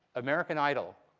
american idol,